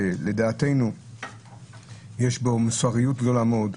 שלדעתנו יש בו מוסריות גדולה מאוד.